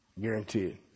Guaranteed